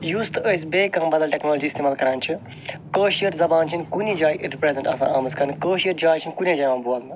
یُس تہِ أسۍ بیٚیہِ کانٛہہ بَدَل ٹیٚکنالجی اِستعمال کَران چھِ کٲشٕر زَبان چھِ نہ کُنے جایہ رِپریٚزنٹ آسان آمٕژ کَرنہ کٲشِر جایہِ چھ نہ کُنے جایہِ یِوان بولنہٕ